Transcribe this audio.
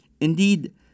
Indeed